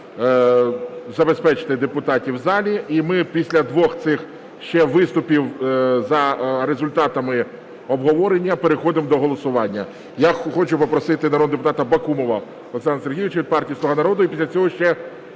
забезпечити депутатів в залі. І ми після двох цих ще виступів за результатами обговорення переходимо до голосування. Я хочу попросити народного депутата Бакумова Олександра Сергійовича від партії "Слуга народу". І після цього ще